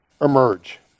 emerge